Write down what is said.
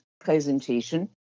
presentation